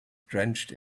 drenched